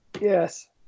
Yes